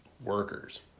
workers